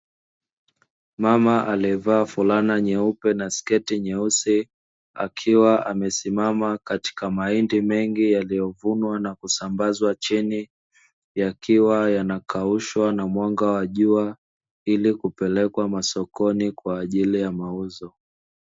Mama aliyevaa fulana nyeupe na sketi nyeusi, akiwa amesimama katika mahindi mengi yaliyovunwa na kusambazwa chini, yakiwa yanakaushwa na mwanga wa jua, ili kupelekwa masokoni kwa ajili ya mauzo.